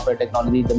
technology